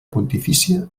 pontifícia